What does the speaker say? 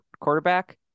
quarterback